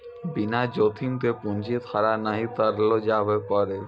बिना जोखिम के पूंजी खड़ा नहि करलो जावै पारै